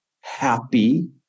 happy